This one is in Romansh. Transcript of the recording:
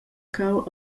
cheu